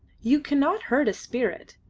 you cannot hurt a spirit.